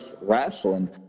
wrestling